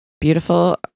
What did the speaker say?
beautiful